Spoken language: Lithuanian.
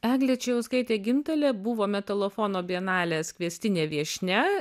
eglė čejauskaitė gintalė buvo metalofono bienalės kviestinė viešnia